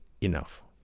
enough